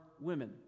women